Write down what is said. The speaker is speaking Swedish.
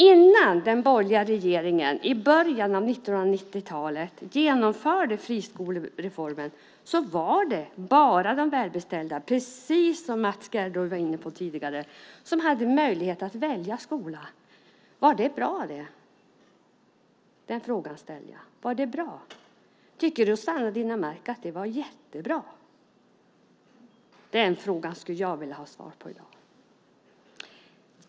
Innan den borgerliga regeringen i början av 1990-talet genomförde friskolereformen var det, precis som Mats Gerdau var inne på tidigare, bara de välbeställda som hade möjlighet att välja skola. Tycker Rossana Dinamarca att det var bra? Den frågan skulle jag vilja ha svar på i dag.